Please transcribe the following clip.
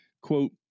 quote